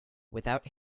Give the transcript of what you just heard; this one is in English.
without